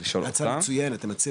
דג על הדן, מספק